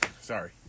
sorry